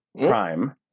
Prime